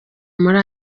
muri